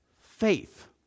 faith